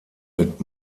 mit